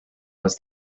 was